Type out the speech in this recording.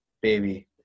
baby